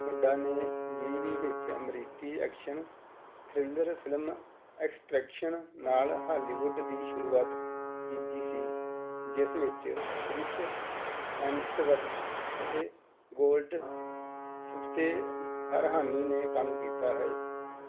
ਹੁੱਡਾ ਨੇ ਵੀਹ ਵੀਹ ਵਿੱਚ ਅਮਰੀਕੀ ਐਕਸ਼ਨ ਥ੍ਰਿਲਰ ਫਿਲਮ ਐਕਸਟ੍ਰੈਕਸ਼ਨ ਨਾਲ ਹਾਲੀਵੁੱਡ ਦੀ ਸ਼ੁਰੂਆਤ ਕੀਤੀ ਸੀ ਜਿਸ ਵਿੱਚ ਕ੍ਰਿਸ ਹੈਮਸਵਰਥ ਅਤੇ ਗੋਲਡ ਸ਼ਿਫਤੇ ਫਰਹਾਨੀ ਨੇ ਕੰਮ ਕੀਤਾ ਹੈ